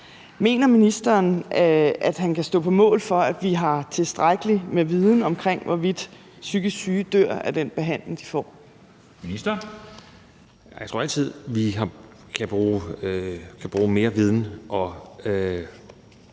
Mener ministeren, at han kan stå på mål for, at vi har tilstrækkelig med viden omkring, hvorvidt psykisk syge dør af den behandling, de får? Kl. 10:42 Formanden (Henrik Dam